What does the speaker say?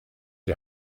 die